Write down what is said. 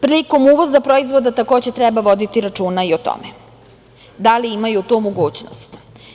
Prilikom uvoza proizvoda, treba voditi računa i o tome, da li imaju tu mogućnost.